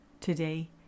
today